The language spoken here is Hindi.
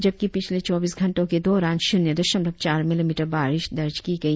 जबकि पिछले चौबीस घंटों के दौरान शुन्य दशमलव चार मिलिमीटर बारिश दर्ज की गई